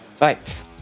Right